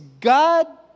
God